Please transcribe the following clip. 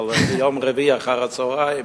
אבל ביום רביעי אחר-הצהריים